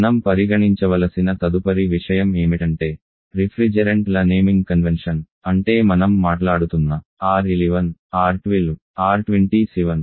మనం పరిగణించవలసిన తదుపరి విషయం ఏమిటంటే రిఫ్రిజెరెంట్ల నేమింగ్ కన్వెన్షన్ అంటే మనం మాట్లాడుతున్న R 11 R 12 R 27